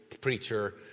preacher